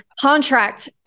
contract